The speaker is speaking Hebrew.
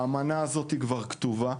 האמנה הזאת כבר כתובה,